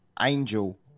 Angel